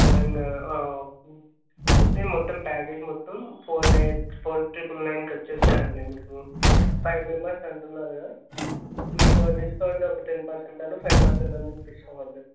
తెలంగాణ ఓ అయితే మొత్తం ప్యాకేజ్ మొత్తం ఫోర్ నైన్ ఫోర్ ట్రిపుల్ నైన్కి వస్తుంది అండి మీకు ఫైవ్ మెంబర్స్ అంటున్నారు కదా మీకు డిస్కౌంట్ ఒక టెన్ పర్సెంట్ అన్న ఫైవ్ పర్సెంట్ అన్నఇప్పిస్తాం అండి